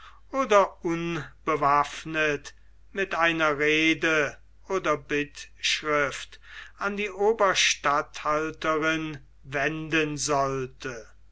oder unbewaffnet mit einer rede oder bittschrift an die oberstatthalterin wenden sollte